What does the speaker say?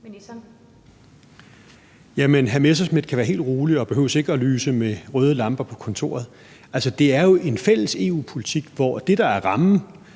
Hr. Morten Messerschmidt kan være helt rolig og behøver ikke at lyse med røde lamper på kontoret. Altså, det er jo en fælles EU-politik, hvor det, der er rammen